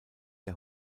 der